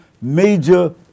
major